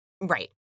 Right